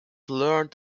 learned